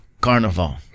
Carnival